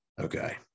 okay